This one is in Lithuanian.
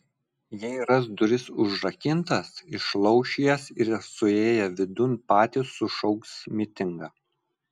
jei ras duris užrakintas išlauš jas ir suėję vidun patys sušauks mitingą